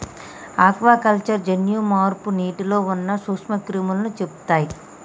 aquaculture జన్యు మార్పు నీటిలో ఉన్న నూక్ష్మ క్రిములని చెపుతయ్